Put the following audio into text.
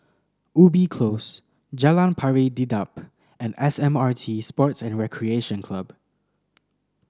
Ubi Close Jalan Pari Dedap and S M R T Sports and Recreation Club